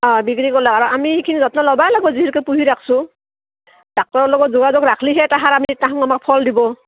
অঁ বিক্ৰী আৰু আমি সেইখিনি যত্ন ল'বাই লাগব যিহেতু পুহি ৰাখছো ডাক্টৰ লগত যোগাযোগ ৰাখলিহে তাহাৰ আমি তাহা আমাক ফল দিব